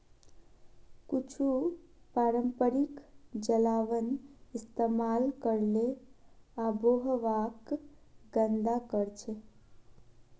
कुछू पारंपरिक जलावन इस्तेमाल करले आबोहवाक गंदा करछेक